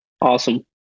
awesome